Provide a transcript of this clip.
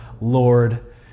Lord